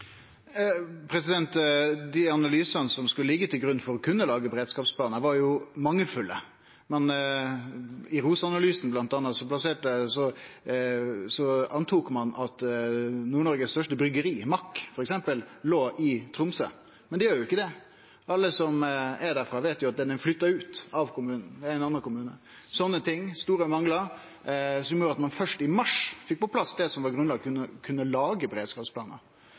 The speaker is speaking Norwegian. Dei analysane som skulle liggje til grunn for å kunne lage beredskapsplanar, var mangelfulle. I behovsanalysen, bl.a., antok ein f.eks. at Nord-Noregs største bryggjeri, Mack, låg i Tromsø. Men det gjer ikkje det. Alle som er derifrå, veit at det har flytta ut av kommunen, til ein annan kommune. Sånne ting, store manglar, gjorde at ein først i mars fekk på plass det som var grunnlaget for å kunne lage beredskapsplanar.